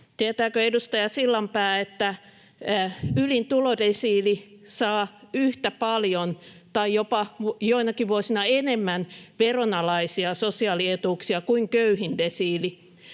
tietääkö edustaja Sillanpää, että ylin tulodesiili saa yhtä paljon tai jopa joinakin vuosina enemmän veronalaisia sosiaalietuuksia kuin köyhin desiili